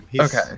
Okay